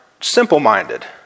simple-minded